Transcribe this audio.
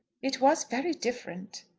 it was very different.